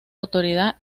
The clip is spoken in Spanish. autoridad